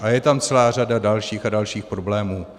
A je tam celá řada dalších a dalších problémů.